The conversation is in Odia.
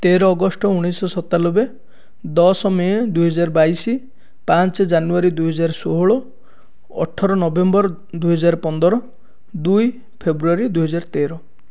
ତେର ଅଗଷ୍ଟ ଉଣେଇଶ ଶତାନବେ ଦଶ ମେ ଦୁଇ ହଜାର ବାଇଶି ପାଞ୍ଚ ଜାନୁଆରୀ ଦୁଇ ହଜାର ଷୋହଳ ଅଠର ନଭେମ୍ବର ଦୁଇ ହଜାର ପନ୍ଦର ଦୁଇ ଫେବୃଆରୀ ଦୁଇ ହଜାର ତେର